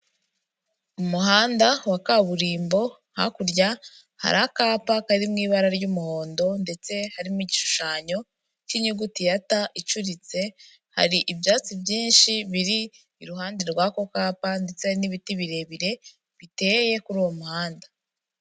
Umuhanda wa kaburimbo hakurya hari akapa kari mu ibara ry'umuhondo ndetse harimo igishushanyo cy'inyuguti ya T icuritse, hari ibyatsi byinshi biri iruhande rwako kapa ndetse n'ibiti birebire biteye kuri uwo muhanda.